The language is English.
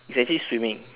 it's actually swimming